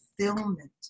fulfillment